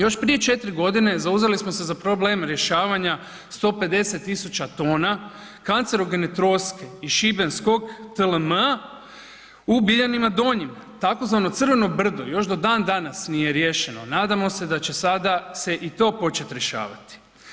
Još prije 4 godine zauzeli smo se za problem rješavanja 150 tisuća tona kancerogene troske iz Šibenskog TLM-a u Biljanima donjima, tzv. Crveno brdo, još do dan danas nije riješeno, nadamo se da će sada se i to početi rješavati.